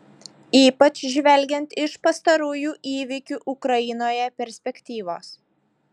ypač žvelgiant iš pastarųjų įvykių ukrainoje perspektyvos